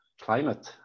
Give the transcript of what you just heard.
climate